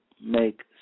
make